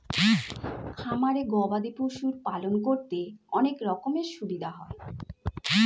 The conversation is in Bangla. খামারে গবাদি পশুর পালন করতে অনেক রকমের অসুবিধা হয়